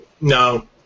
No